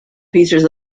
features